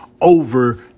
over